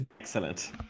Excellent